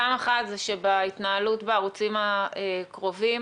פעם אחת, שבהתנהלות בערוצים הקרובים